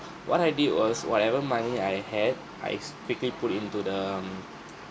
what I did was whatever money I had I quickly put into the mm